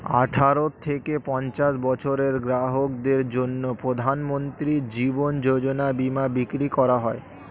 আঠারো থেকে পঞ্চাশ বছরের গ্রাহকদের জন্য প্রধানমন্ত্রী জীবন যোজনা বীমা বিক্রি করা হয়